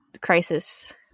crisis